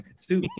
two